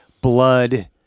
blood